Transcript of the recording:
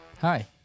Hi